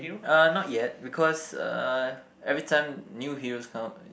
uh not yet because uh every time new heroes come out